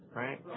right